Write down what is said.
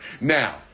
Now